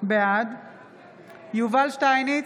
בעד יובל שטייניץ,